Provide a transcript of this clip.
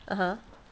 (uh huh)